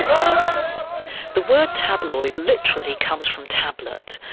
um the word tabloid literally comes from tablet,